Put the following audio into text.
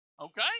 Okay